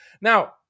Now